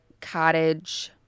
Cottage